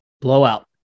blowout